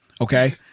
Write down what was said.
Okay